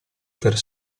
per